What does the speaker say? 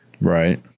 Right